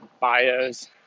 bios